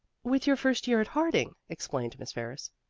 with your first year at harding, explained miss ferris.